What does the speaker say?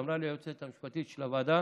ואמרה לי היועצת המשפטית של הוועדה